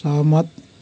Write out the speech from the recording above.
सहमत